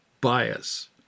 bias